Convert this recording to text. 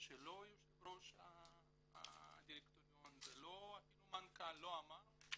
שלא יושב ראש הדירקטוריון אמר שעיתון